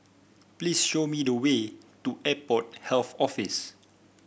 please show me the way to Airport Health Office